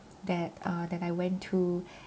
that uh that I went to